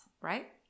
right